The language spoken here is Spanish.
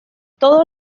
todos